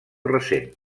recent